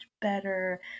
better